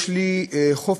יש לי חופש,